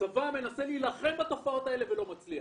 הצבא מנסה להילחם בתופעות האלה ולא מצליח.